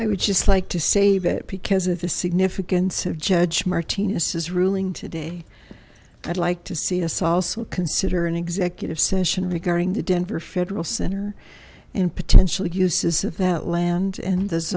i would just like to say that because of the significance of judge martinez says ruling today i'd like to see a salsa consider an executive session regarding the denver federal center and potential uses of that land and th